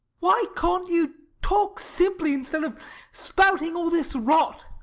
why can't you talk simply instead of spouting all this rot?